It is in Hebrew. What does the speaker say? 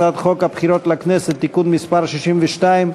הצעת חוק הבחירות לכנסת (תיקון מס' 62)